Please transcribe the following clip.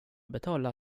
betala